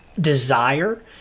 desire